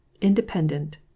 independent